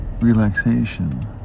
relaxation